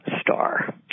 star